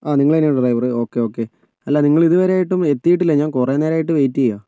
ആ നിങ്ങളുതന്നെയാണോ ഡ്രൈവറ് ആ ഒക്കെ ഒക്കെ അല്ല നിങ്ങള് ഇത് വരെയായിട്ടും എത്തിയിട്ടില്ല ഞാൻ കുറെ നേരമായിട്ട് വെയിറ്റ് ചെയ്യുന്നു